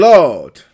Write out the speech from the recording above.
Lord